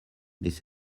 this